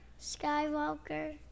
Skywalker